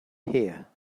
here